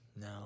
no